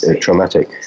traumatic